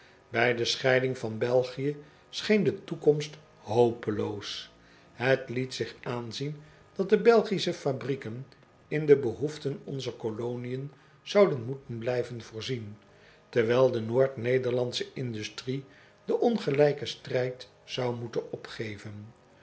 ij de scheiding van elgië scheen de toekomst hopeloos et liet zich aanzien dat de elgische fabrieken in de behoeften onzer koloniën zouden moeten blijven voorzien terwijl de oord ederlandsche industrie den ongelijken strijd zou moeten opgeven